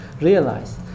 realize